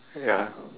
ya